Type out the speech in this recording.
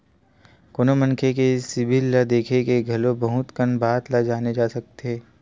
कोनो मनखे के सिबिल ल देख के घलो बहुत कन बात ल जाने जा सकत हे